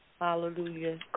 Hallelujah